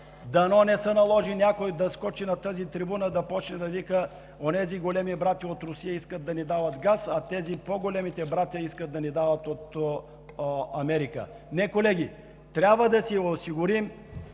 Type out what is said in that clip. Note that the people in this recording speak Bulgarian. дано не се наложи някой да скочи на тази трибуна, да започне да вика, че онези големи братя от Русия искат да ни дават газ, а тези, по-големите братя, искат да ни дават от Америка! Не, колеги, трябва да си осигурим